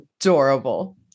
adorable